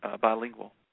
bilingual